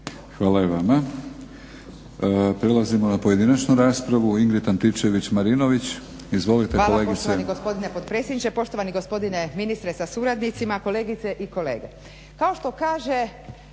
Hvala i vama. Prelazimo na pojedinačnu raspravu, Ingrid Antičević Marinović. Izvolite kolegice. **Antičević Marinović, Ingrid (SDP)** Hvala poštovani gospodine potpredsjedniče, poštovani gospodine ministre sa suradnicima, kolegice i kolege.